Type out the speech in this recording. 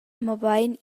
mobein